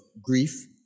grief